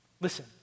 Listen